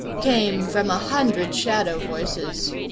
came from a hundred shadow-voices.